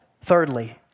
Thirdly